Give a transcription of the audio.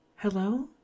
Hello